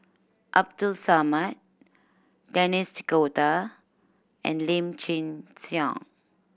Abdul Samad Denis D'Cotta and Lim Chin Siong